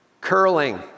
curling